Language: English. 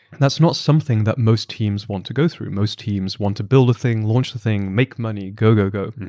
that's not something that most teams want to go through. most teams want to build a thing, launch a thing, make money, go, go, go.